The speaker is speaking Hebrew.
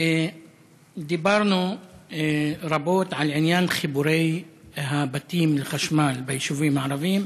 דיברנו רבות על עניין חיבורי הבתים לחשמל ביישובים הערביים,